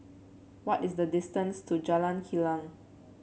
what is the distance to Jalan Kilang